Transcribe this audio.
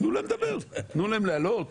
תנו להם לדבר, תנו להם לעלות.